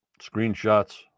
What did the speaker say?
screenshots